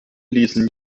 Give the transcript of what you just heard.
ließen